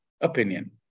opinion